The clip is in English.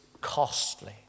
costly